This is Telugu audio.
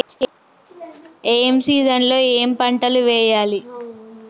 ఏ సీజన్ లో ఏం పంటలు వెయ్యాలి?